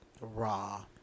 raw